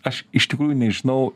aš iš tikrųjų nežinau